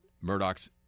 Murdoch's